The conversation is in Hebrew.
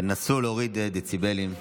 תנסו להוריד דציבלים.